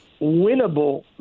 winnable